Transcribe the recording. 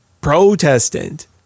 Protestant